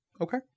Okay